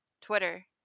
Twitter